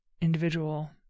individual